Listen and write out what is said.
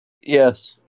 Yes